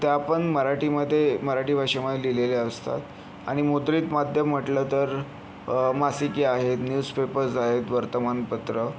त्या पण मराठीमध्ये मराठी भाषेमध्ये लिहिलेल्या असतात आणि मुद्रित माध्यम म्हटलं तर मासिके आहेत न्यूज पेपर्स आहेत वर्तमानपत्र तर